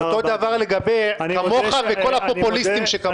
אותו דבר לגבי כמוך וכל הפופוליסטים שכמוך.